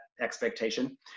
expectation